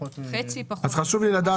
חשוב לי לדעת,